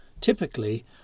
typically